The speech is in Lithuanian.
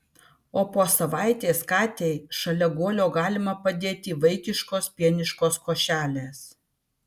o po savaitės katei šalia guolio galima padėti vaikiškos pieniškos košelės